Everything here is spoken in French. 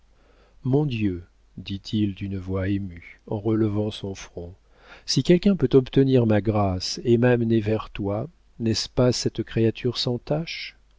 mon dieu dit-il d'une voix émue en relevant son front si quelqu'un peut obtenir ma grâce et m'amener vers toi n'est-ce pas cette créature sans tache